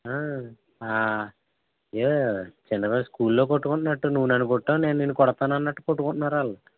చిన్న వాళ్ళ స్కూల్లో కొట్టుకుంటున్నట్టును నువ్వు నన్ను కొట్టు నేను నిన్ను కొడతా అన్నట్టు కొట్టుకుంటున్నారు వాళ్ళు